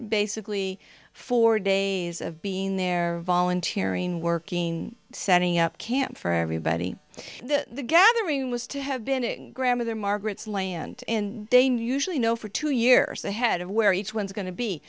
basically four days of being there volunteer in working setting up camp for everybody this gathering was to have been a grandmother margaret's land in danger usually know for two years ahead of where each one is going to be